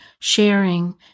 sharing